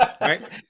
right